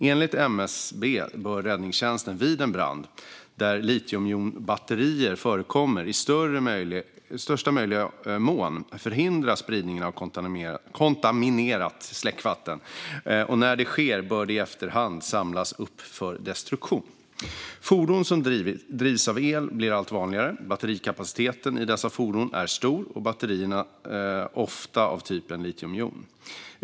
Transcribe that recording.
Enligt MSB bör räddningstjänsten vid en brand där litiumjonbatterier förekommer i största möjliga mån förhindra spridningen av kontaminerat släckvatten, och när det sker bör det i efterhand samlas upp för destruktion. Fordon som drivs av el blir allt vanligare. Batterikapaciteten i dessa fordon är stor och batterierna ofta av typen litiumjon.